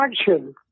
action